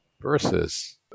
versus